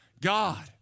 God